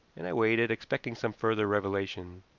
and i waited, expecting some further revelation,